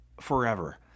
forever